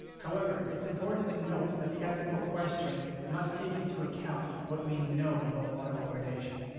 however it's important to note that the ethical question must take into account what we know about water fluoridation.